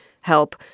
help